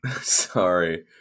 Sorry